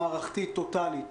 מערכתית טוטאלית.